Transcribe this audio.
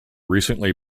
recently